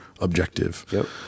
objective